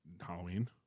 Halloween